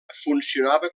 funcionava